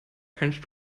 kennst